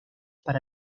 para